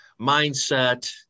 mindset